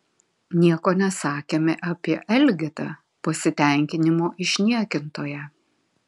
nieko nesakėme apie elgetą pasitenkinimo išniekintoją